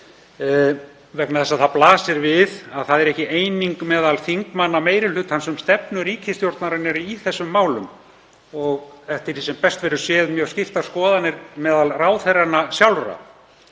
að það blasir við að ekki er eining meðal þingmanna meiri hlutans um stefnu ríkisstjórnarinnar í þessum málum og eftir því sem best verður séð eru mjög skiptar skoðanir meðal ráðherranna sjálfra: